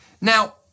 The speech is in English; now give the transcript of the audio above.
Now